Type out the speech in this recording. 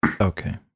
Okay